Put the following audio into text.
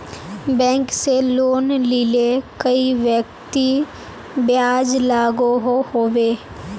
Bank से loan लिले कई व्यक्ति ब्याज लागोहो होबे?